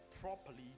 properly